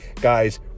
guys